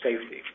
safety